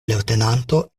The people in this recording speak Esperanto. leŭtenanto